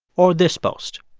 or this boast.